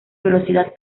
velocidad